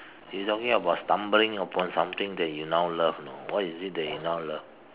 you talking about stumbling upon something that you now love you know what is it that you now love